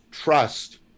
trust